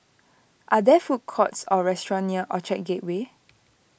are there food courts or restaurants near Orchard Gateway